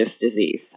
disease